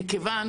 מכיוון